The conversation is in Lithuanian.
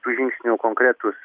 bus tų žingsnių konkretūs